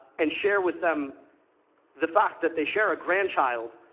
and share with them the fact that they share a grandchild,